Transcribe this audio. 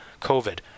COVID